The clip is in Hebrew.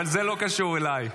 אבל זה לא קשור אליי.